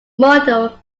model